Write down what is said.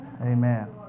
Amen